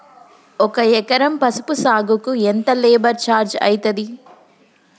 ఒక ఎకరం పసుపు సాగుకు ఎంత లేబర్ ఛార్జ్ అయితది?